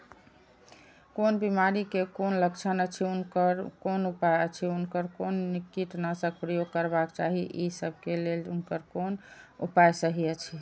कोन बिमारी के कोन लक्षण अछि उनकर कोन उपाय अछि उनकर कोन कीटनाशक प्रयोग करबाक चाही ई सब के लेल उनकर कोन उपाय सहि अछि?